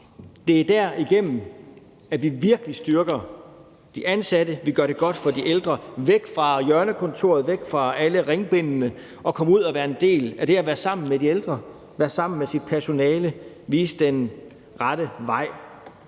Det er derigennem, at vi virkelig styrker de ansatte og gør det godt for de ældre. De skal væk fra hjørnekontoret, væk fra alle ringbindene, og komme ud og være en del af det at være sammen med de ældre, være sammen med deres personale og vise den rette vej.